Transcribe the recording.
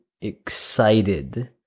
excited